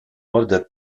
ordre